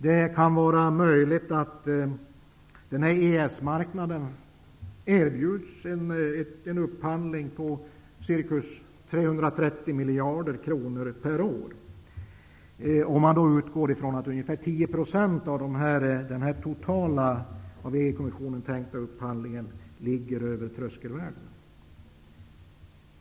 Det kan vara möjligt att EES-marknaden erbjuder en upphandling till ett värde på ca 3 300 miljarder kronor per år. Man kan utgå från en gissning att 10 % av den totala av EG-kommissionen tänkta upphandlingen ligger över tröskelvärdena.